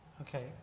Okay